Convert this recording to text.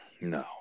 No